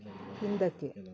ಹಿಂದಕ್ಕೆ